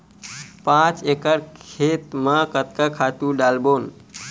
पांच एकड़ खेत म कतका खातु डारबोन?